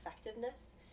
effectiveness